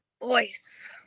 Voice